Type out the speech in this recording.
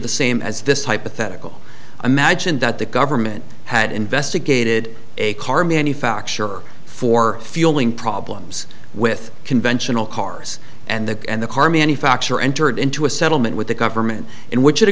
the same as this hypothetical imagine that the government had investigated a car manufacturer for fueling problems with conventional cars and the car manufacturer entered into a settlement with the government in which it